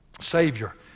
Savior